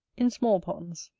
in small ponds.